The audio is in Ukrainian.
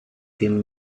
тим